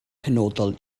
penodol